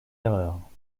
erreurs